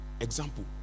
Example